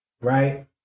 Right